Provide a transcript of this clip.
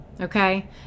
okay